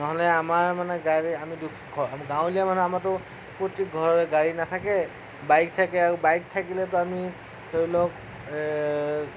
নহ'লে আমাৰ মানে গাড়ী আমি দু গাঁৱলীয়া মানুহ আমাৰতো প্ৰত্যেক ঘৰতে গাড়ী নাথাকে বাইক থাকে আৰু বাইক থাকিলেওতো আমি ধৰি লওক